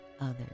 others